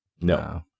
No